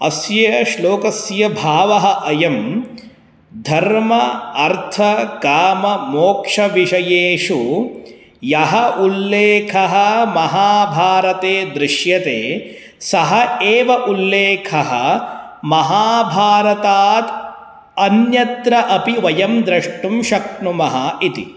अस्य श्लोकस्य भावः अयं धर्मः अर्थकामोक्षविषयेषु यः उल्लेखः महाभारते दृश्यते सः एव उल्लेखः महाभारतात् अन्यत्र अपि वयं द्रष्टुं शक्नुमः इति